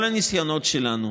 כל הניסיונות שלנו